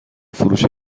فروش